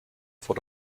vor